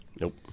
Nope